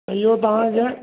त इहो तव्हांखे